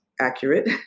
accurate